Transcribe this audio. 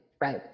right